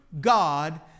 God